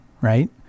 right